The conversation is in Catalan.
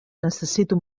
necessito